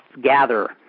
gather